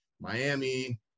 Miami